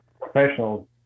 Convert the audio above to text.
professionals